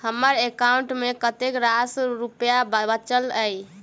हम्मर एकाउंट मे कतेक रास रुपया बाचल अई?